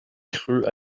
creux